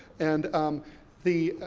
and the,